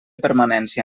permanència